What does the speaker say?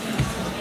אליו.